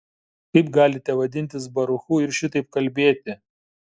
kaip galite vadintis baruchu ir šitaip kalbėti